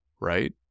right